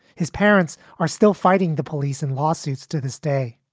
his parents are still fighting the police in lawsuits. to this day